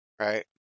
Right